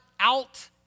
out